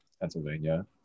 pennsylvania